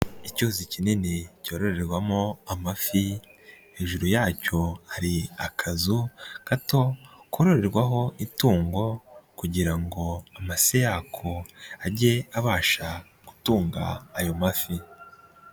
Icyuzi kinini cyororerwamo amafi hejuru yacyo hari akazu gato kororerwaho itungo kugira ngo amase yako ajye abasha gutunga ayo mafi.